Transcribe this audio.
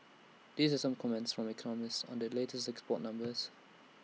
these are some comments from economists on the latest export numbers